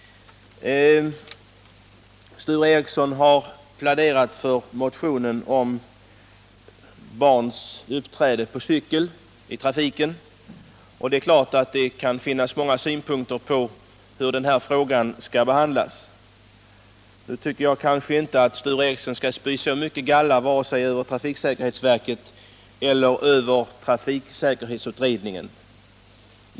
Sture Ericson har pläderat för motionen om barns uppträdande på cykel i trafiken, och det är klart att det kan finnas många synpunkter på hur den frågan skall behandlas. Jag tycker inte att Sture Ericson skall spy så mycket galla över vare sig trafiksäkerhetsverket eller trafiksäkerhetsutredningen.